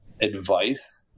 advice